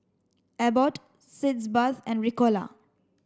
Abbott Sitz bath and Ricola